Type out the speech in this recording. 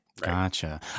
Gotcha